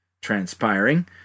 transpiring